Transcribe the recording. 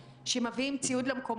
אני עוברת לשקף הבא שבו ניסינו קצת למפות.